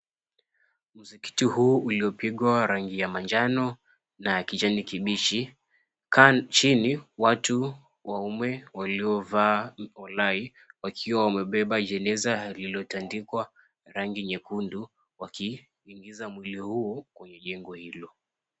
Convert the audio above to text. Msikiti huu uliopigwa rangi ya manjano, na ya kijani kibichi. Chini watu waume waliovaa walai, wakiwa wamebeba jeneza lililotandikwa rangi nyekundu. Wakiingiza mwili huo kwenye jengo hilo.